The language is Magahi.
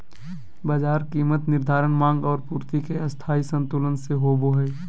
बाजार कीमत निर्धारण माँग और पूर्ति के स्थायी संतुलन से होबो हइ